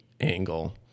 angle